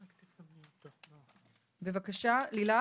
בבקשה, לילך.